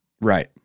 Right